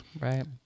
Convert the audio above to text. Right